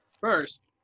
First